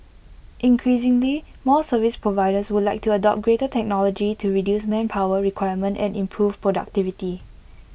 increasingly more service providers would like to adopt greater technology to reduce manpower requirement and improve productivity